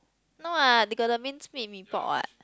no ah they got the minced meat Mee-Pok [what]